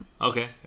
Okay